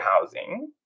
housing